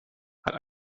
hat